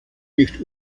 nicht